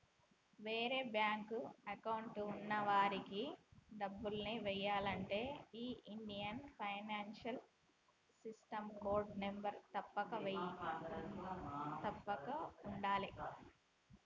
వేరే bank account ఉన్న వాళ్లకి డబ్బుల్ని ఎయ్యాలంటే ఈ Indian financial system code number తప్పక ఉండాలే